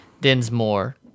Dinsmore